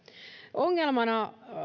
ongelmana